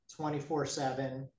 24-7